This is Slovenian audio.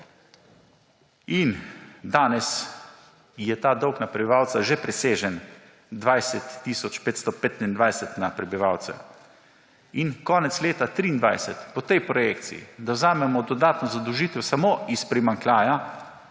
Danes je ta dolg na prebivalca že presežen 20 tisoč 525 na prebivalce. Konec leta 2023 po tej projekciji, da vzamemo dodatno zadolžitev samo iz primanjkljaja,